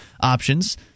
options